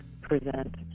present